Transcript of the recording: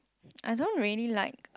I don't really like